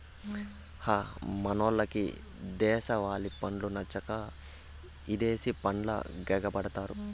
హ మనోళ్లకు దేశవాలి పండ్లు నచ్చక ఇదేశి పండ్లకెగపడతారు